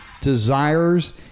desires